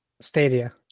Stadia